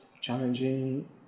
challenging